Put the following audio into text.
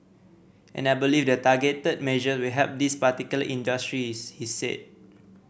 and I believe the targeted measure will help these particular industries he said